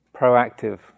proactive